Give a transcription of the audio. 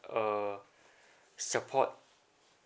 err support